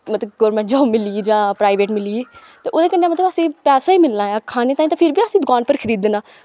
मतलब government job मिल्ली गी जां प्राईवेट मिल्ली गी ते ओह्दे कन्नै मतलव असें पैसा मिलना ऐ खाने ताईं ते फिर वी असें दुकान उप्पर खरीदना